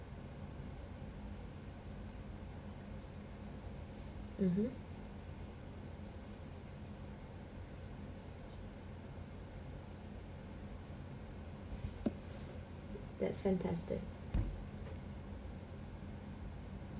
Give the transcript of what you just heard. mmhmm that's fantastic